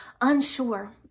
unsure